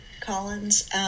collins